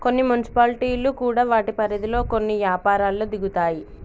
కొన్ని మున్సిపాలిటీలు కూడా వాటి పరిధిలో కొన్ని యపారాల్లో దిగుతాయి